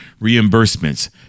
reimbursements